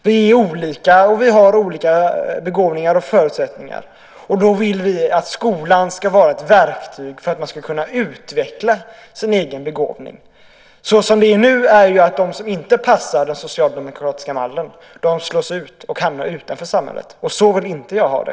Vi är olika, och vi har olika begåvningar och förutsättningar. Då vill vi att skolan ska vara ett verktyg för att man ska kunna utveckla sin egen begåvning. Såsom det är nu är det så att de som inte passar in i den socialdemokratiska mallen slås ut och hamnar utanför samhället. Så vill inte jag ha det.